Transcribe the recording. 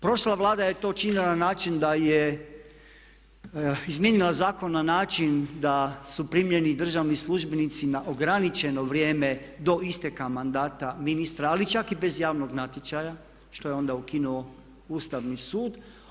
Prošla Vlada je to činila na način da je izmijenila zakon na način da su primljeni državni službenici na ograničeno vrijeme do isteka mandata ministra ali čak i bez javnog natječaja što je onda ukinuo Ustavni sud.